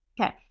Okay